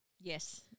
Yes